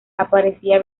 aparecía